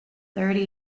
thirty